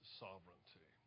sovereignty